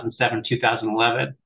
2007-2011